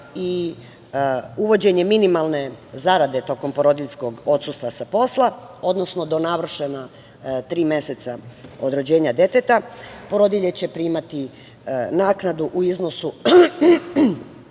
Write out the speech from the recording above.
i uvođenje minimalne zarade tokom porodiljskog odsustva sa posla, odnosno do navršena tri meseca od rođenja deteta, porodilje će primati naknadu u iznosu